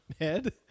head